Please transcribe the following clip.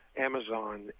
Amazon